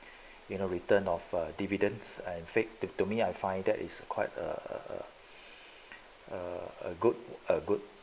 you know return of a dividends I faked it to me I find that is quite err a good a good